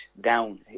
down